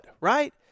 right